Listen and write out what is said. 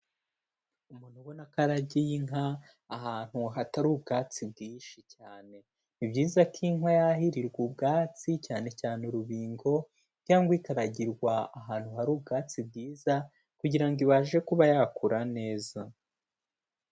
Umuntu ubona ko aragiye inka ahantu hatari ubwatsi bwinshi cyane, ni byiza ko inka yahirirwa ubwatsi cyane cyane urubingo cyangwa ikaragirwa ahantu hari ubwatsi bwiza kugira ngo ibashe kuba yakura neza.